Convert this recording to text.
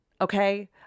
okay